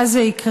ואז זה יקרה.